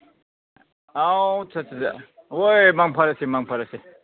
ꯑꯥꯎ ꯑꯠꯆꯥ ꯑꯠꯆꯥ ꯆꯥ ꯍꯣꯏ ꯃꯪ ꯐꯔꯁꯦ ꯃꯪ ꯐꯔꯁꯦ